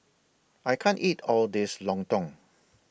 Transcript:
I can't eat All This Lontong